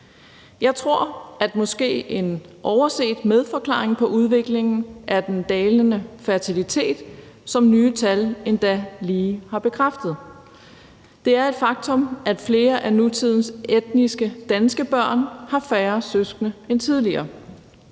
Jeg tror, at en måske overset medforklaring på udviklingen er den dalende fertilitet, som nye tal endog lige har bekræftet. Det er et faktum, at flere af nutidens etnisk danske børn har færre søskende end tidligere.